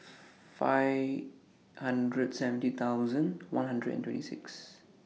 five hundred seventy thousand one hundred and twenty six